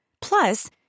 Plus